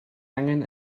angen